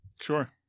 Sure